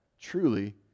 truly